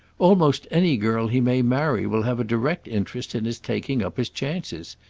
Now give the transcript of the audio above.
almost any girl he may marry will have a direct interest in his taking up his chances.